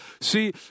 See